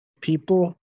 people